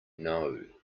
know